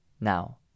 now